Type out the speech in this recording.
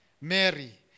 Mary